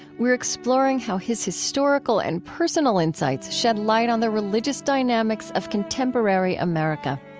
we're exploring how his historical and personal insights shed light on the religious dynamics of contemporary america